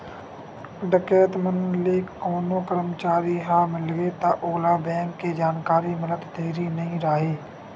डकैत मन ले कोनो करमचारी ह मिलगे त ओला बेंक के जानकारी मिलत देरी नइ राहय